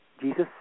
Jesus